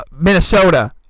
Minnesota